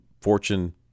fortune